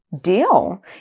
deal